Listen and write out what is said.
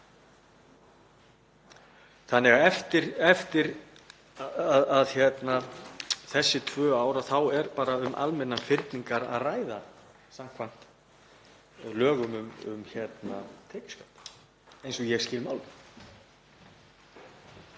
breytingar. Eftir þessi tvö ár þá er bara um almennar fyrningar að ræða samkvæmt lögum um tekjuskatt, eins og ég skil málið.